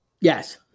Yes